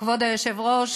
כבוד היושב-ראש,